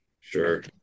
Sure